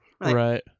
Right